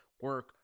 Work